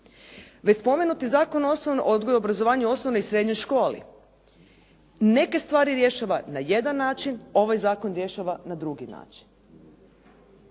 Već spomenuti Zakon o odgoju i obrazovanju u osnovnoj i srednjoj školi neke stvari rješava na jedan način, ovaj zakon rješava na drugi način.